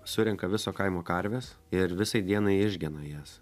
surenka viso kaimo karves ir visai dienai išgena jas